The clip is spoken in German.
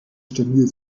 stabil